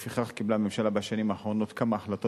לפיכך קיבלה הממשלה בשנים האחרונות כמה החלטות